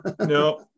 No